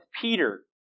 Peter